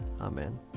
Amen